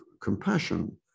compassion